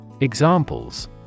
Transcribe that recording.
Examples